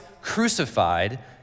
crucified